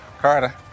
Carter